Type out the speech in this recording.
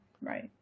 right